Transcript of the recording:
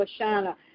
Lashana